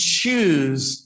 choose